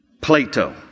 Plato